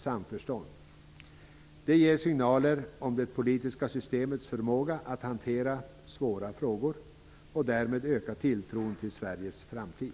Det skulle ge signaler om det politiska systemets förmåga att hantera svåra frågor och därmed öka tilltron till Sveriges framtid.